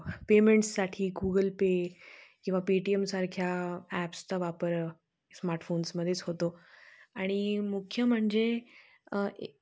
पेमेंट्ससाठी Google Pay किंवा पेटीएमसारख्या ॲप्सचा वापर स्मार्टफोन्समध्येच होतो आणि मुख्य म्हणजे ए